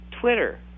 twitter